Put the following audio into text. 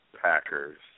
Packers